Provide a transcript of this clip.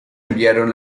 enviaron